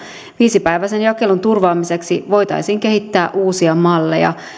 viisipäiväisen jakelun turvaamiseksi voitaisiin kehittää uusia malleja